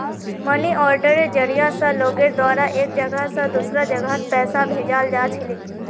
money आर्डरेर जरिया स लोगेर द्वारा एक जगह स दूसरा जगहत पैसा भेजाल जा छिले